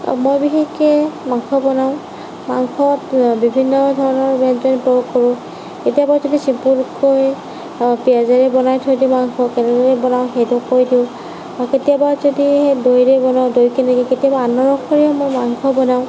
মই বিশেষকে মাংস বনাওঁ মাংসত বিভিন্ন ধৰণৰ ব্য়ঞ্জন তৈয়াৰ কৰোঁ কেতিয়াবা একেবাৰে চিম্পুলকৈ পিয়াজেৰে বনাই থৈ দিওঁ মাংস শুকানকৈ সেইবোৰকে দিওঁ কেতিয়াবা যদি দৈৰে বনাওঁ দৈ দি কেতিয়াবা আনাৰসেৰেও মই মাংস বনাওঁ